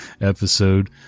episode